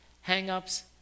hang-ups